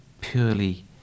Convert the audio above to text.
purely